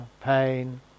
pain